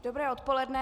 Dobré odpoledne.